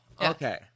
okay